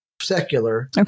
secular